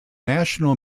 national